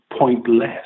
pointless